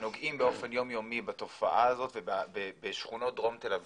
שונות נוגעים באופן יום יומי בתופעה הזאת בשכונות דרום תל אביב.